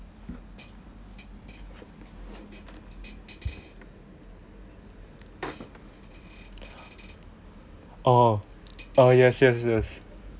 oh oh yes yes yes